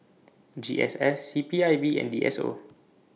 G S S C P I B and D S O